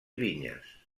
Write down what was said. vinyes